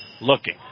looking